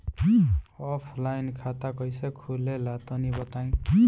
Offline खाता कइसे खुले ला तनि बताई?